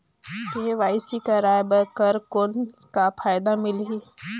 KYC कराय कर कौन का फायदा मिलही?